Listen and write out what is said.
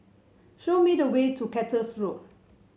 show me the way to Cactus Road